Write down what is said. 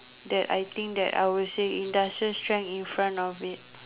that I think that I would say industrial strength in front of it